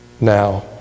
now